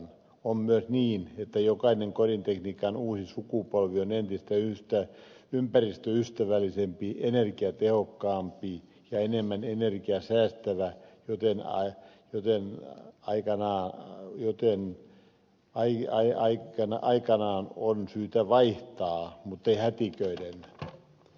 on myös niin että jokainen kodintekniikan uusi sukupolvi on entistä ympäristöystävällisempi energiatehokkaampi ja enemmän energiaa säästävä joten aikanaan on syytä vaihtaa muttei hätiköiden